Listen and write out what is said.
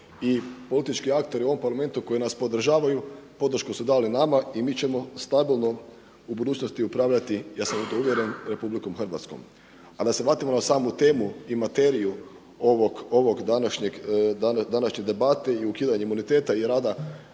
i politički akteri u ovom Parlamentu koji nas podržavaju podršku su dali nama i mi ćemo stabilno u budućnosti upravljati ja sam u to uvjeren RH. A da se vratimo na samu temu i materiju ovog današnje debate i ukidanje imuniteta i rada